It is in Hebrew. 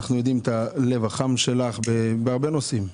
אנחנו מכירים את הלב החם שלך בנושאים רבים,